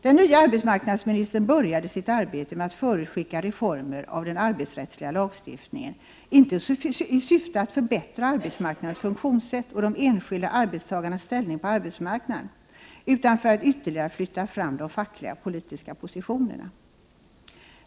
Den nya arbetsmarknadsministern började sitt arbete med att förutskicka reformer av den arbetsrättsliga lagstiftningen, inte i syfte att förbättra arbetsmarknadens funktionssätt och de enskilda arbetstagarnas ställning på arbetsmarknaden utan för att ytterligare flytta fram de fackliga politiska positionerna.